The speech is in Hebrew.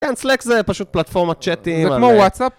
כן Slack זה פשוט פלטפורמת צ'אטים זה כמו וואטסאפ